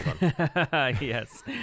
yes